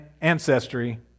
ancestry